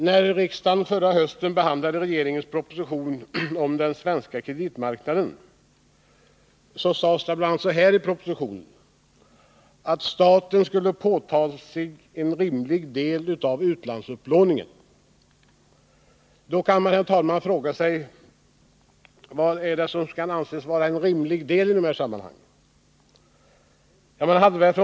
När riksdagen förra hösten behandlade regeringens proposition om den svenska kapitalmarknaden, sades det i propositionen bl.a. att staten skulle ”påtaga sig en rimlig del av utlandsupplåningen”. Dåkan man, herr talman, fråga sig vad som kan anses vara en ”rimlig del” i detta sammanhang.